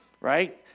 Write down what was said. Right